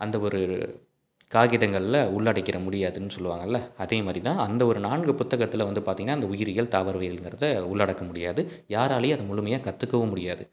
அந்த ஒரு காகிதங்கள்ல உள்ளடக்கிட முடியாதுன்னு சொல்லுவாங்கள்ல அதேமாதிரி தான் அந்த ஒரு நான்கு புத்தகத்தில் வந்து பார்த்தீங்கன்னா அந்த உயிரியல் தாவரவியலுங்கிறதை உள்ளடக்க முடியாது யாராலையும் அதை முழுமையா கற்றுக்கவும் முடியாது